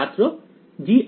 ছাত্র g